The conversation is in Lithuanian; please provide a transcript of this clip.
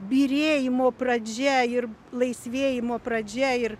byrėjimo pradžia ir laisvėjimo pradžia ir